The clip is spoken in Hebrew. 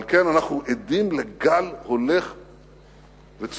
על כן אנחנו עדים לגל הולך וצובר.